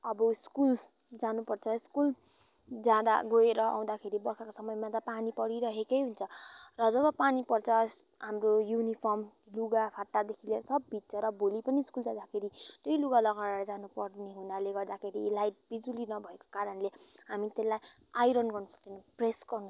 अब स्कुल जानु पर्छ स्कुल जाँदा गएर आउँदाखेरि बर्खाको समयमा पानी परिरहेकै हुन्छ र जब पानी पर्छ हाम्रो युनिफर्म लुगा फाटादेखि लिएर सब भिज्छ र भोली पनि स्कुल जाँदा फेरि त्यही लुगा लगाएर जानु पर्ने हुनाले गर्दाखेरि लाइट बिजुली नभएको कारणले हामी त्यसलाई आइरन गर्न सक्दैनौँ प्रेस गर्नु सक्दैनौँ र